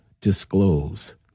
disclose